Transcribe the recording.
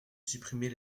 supprimer